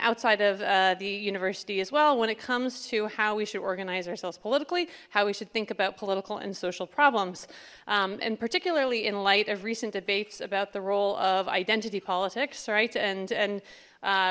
outside of the university as well when it comes to how we should organize ourselves politically how we should think about political and social problems and particularly in light of recent debates about the role of identity politics right and and